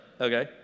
okay